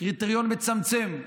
קריטריון מצמצם,